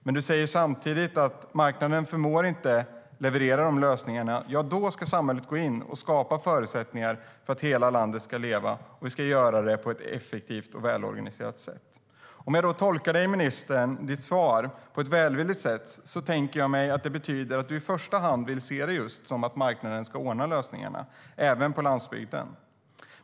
Men du säger samtidigt: Där marknaden inte förmår att leverera de lösningarna ska samhället gå in och skapa förutsättningar för att hela landet ska leva, och vi ska göra det på ett effektivt och välorganiserat sätt. Om jag tolkar ditt svar, ministern, på ett välvilligt sätt tänker jag mig att det betyder att du i första hand vill se det just som att marknaden ska ordna lösningarna, även på landsbygden.